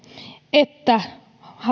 että